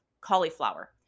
cauliflower